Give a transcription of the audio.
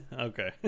Okay